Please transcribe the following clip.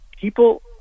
People